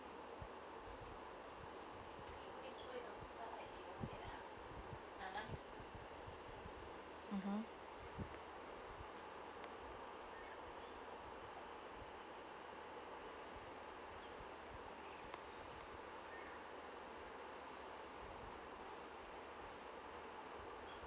mmhmm